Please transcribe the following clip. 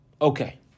Okay